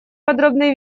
подробной